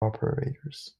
operators